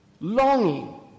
longing